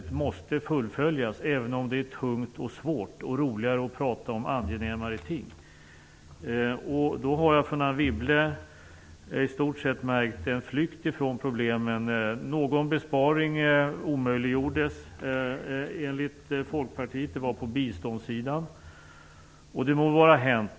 Det måste fullföljas, även om det är tungt och svårt och även om det är roligare att tala om angenämare ting. Hos Anne Wibble har jag märkt en flykt från problemen. Någon besparing omöjliggjordes enligt Folkpartiet på biståndssidan. Det må vara hänt.